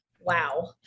Wow